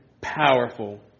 powerful